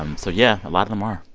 um so yeah, a lot of them are.